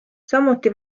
samuti